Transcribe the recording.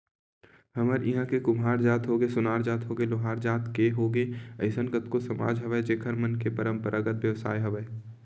हमर इहाँ के कुम्हार जात होगे, सोनार जात होगे, लोहार जात के होगे अइसन कतको समाज हवय जेखर मन के पंरापरागत बेवसाय हवय